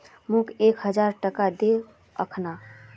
मोक एक हजार टका दे अखना